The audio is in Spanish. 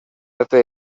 arte